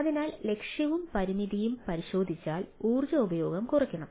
അതിനാൽ ലക്ഷ്യവും പരിമിതിയും പരിശോധിച്ചാൽ ഊർജ്ജ ഉപഭോഗം കുറയ്ക്കണം